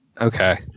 Okay